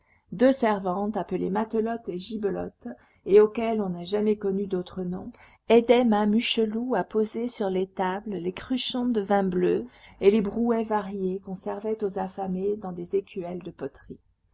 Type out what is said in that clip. deux servantes appelées matelote et gibelotte et auxquelles on n'a jamais connu d'autres noms aidaient mame hucheloup à poser sur les tables les cruchons de vin bleu et les brouets variés qu'on servait aux affamés dans des écuelles de poterie